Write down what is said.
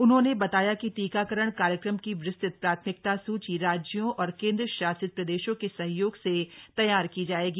उन्होंने बताया कि टीकाकरण कार्यक्रम की विस्तृत प्राथमिकता सूची राज्यों और केन्द्रशासित प्रदेशों के सहयोग से तैयार की जायेगी